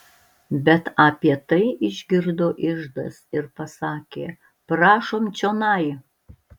bet apie tai išgirdo iždas ir pasakė prašom čionai